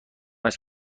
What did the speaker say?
است